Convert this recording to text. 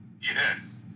Yes